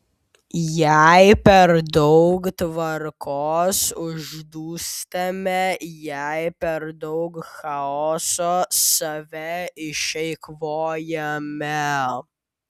jei per daug tvarkos uždūstame jei per daug chaoso save išeikvojame